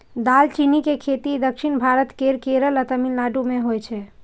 दालचीनी के खेती दक्षिण भारत केर केरल आ तमिलनाडु मे होइ छै